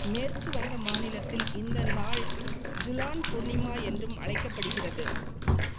மேற்குவங்க மாநிலத்தில் இந்த நாள் ஜூலான் பூர்ணிமா என்றும் அலைக்கப்படுகிறது